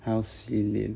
还要洗脸